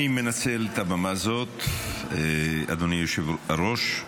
אני מנצל את הבמה הזאת, אדוני היושב-ראש,